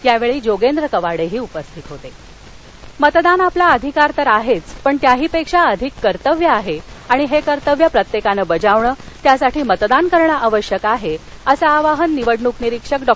यावछी जोगेंद्र कवाडज्रिस्थित होत मतदार जागती भंडारा मतदान आपला अधिकार तर आहध्व पण त्याहीपक्षी अधिक कर्तव्य आहआणि हक्रितव्य प्रत्यक्तन जावण त्यासाठी मतदान करणं आवश्यक आह असं आवाहन निवडणूक निरीक्षक डॉ